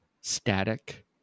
static